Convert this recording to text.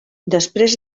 després